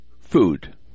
food